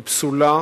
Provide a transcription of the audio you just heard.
היא פסולה,